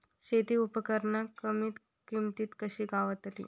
शेती उपकरणा कमी किमतीत कशी गावतली?